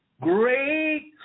great